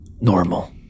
normal